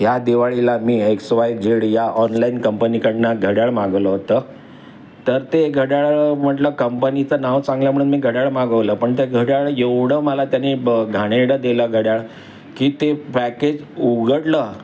या दिवाळीला मी एक्स वाय जेड या ऑनलाईन कंपनीकडनं घड्याळ मागवलं होतं तर ते घड्याळ म्हटलं कंपनीचं नाव चांगलं म्हणून मी घड्याळ मागवलं पण त्या घड्याळ एवढं मला त्याने ब घाणेरडं दिलं घड्याळ की ते पॅकेज उघडलं